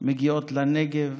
מגיעות לנגב,